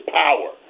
power